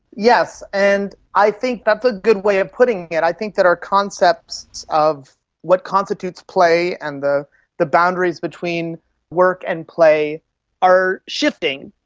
yes, and i think that's a good way of putting it. i think that our concepts of what constitutes play and the the boundaries between work and play are shifting.